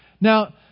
Now